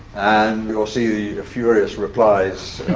and you'll see the furious replies